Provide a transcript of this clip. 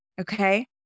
Okay